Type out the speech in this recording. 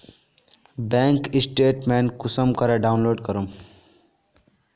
Bank statement कुंसम करे download करूम?